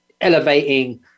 elevating